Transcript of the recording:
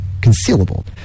concealable